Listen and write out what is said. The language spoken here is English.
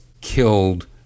killed